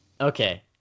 Okay